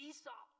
Esau